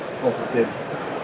positive